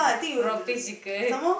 prawn paste chicken